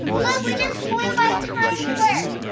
look we just flew by time square.